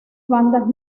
bandadas